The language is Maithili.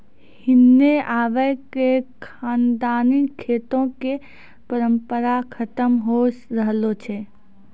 हिन्ने आबि क खानदानी खेतो कॅ परम्परा खतम होय रहलो छै